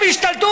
הם ישתלטו?